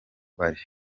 bari